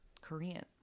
Korean